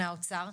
מהאוצר,